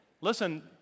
Listen